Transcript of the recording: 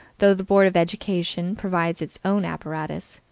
though the board of education provides its own apparatus.